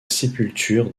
sépulture